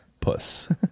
puss